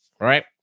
Right